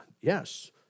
Yes